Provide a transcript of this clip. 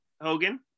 Hogan